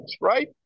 right